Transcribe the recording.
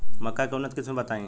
मक्का के उन्नत किस्म बताई?